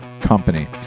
company